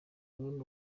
bamwe